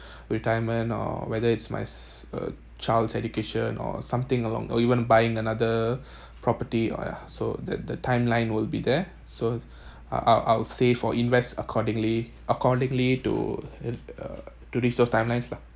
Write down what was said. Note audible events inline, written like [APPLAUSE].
retirement or whether it's my s~ uh child's education or something along or even buying another [BREATH] property or yeah so the the timeline will be there so [BREATH] I’ll I’ll save or invest accordingly accordingly to err to timelines lah